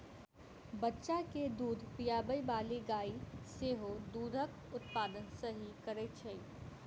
बच्चा के दूध पिआबैबाली गाय सेहो दूधक उत्पादन सही करैत छै